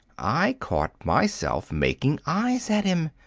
i caught myself making eyes at him,